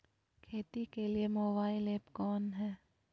खेती के लिए मोबाइल ऐप कौन है?